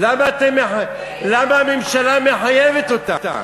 למה אתם, ואם, למה הממשלה מחייבת אותה?